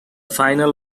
final